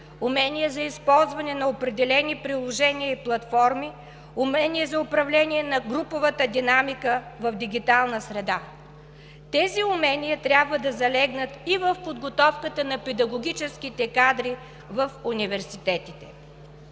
умения за използване на определени приложения и платформи; умения за управление на груповата динамика в дигитална среда – тези умения трябва да залегнат и в подготовката на педагогическите кадри в университетите,